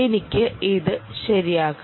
എനിക്ക് ഇത് ശരിയാക്കണം